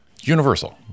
Universal